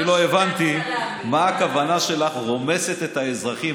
אני לא הבנתי מה הכוונה שלך ב"רומסת את האזרחים".